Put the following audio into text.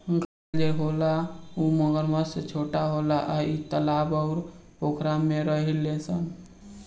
घड़ियाल जे होला उ मगरमच्छ से छोट होला आ इ तालाब अउर पोखरा में रहेले सन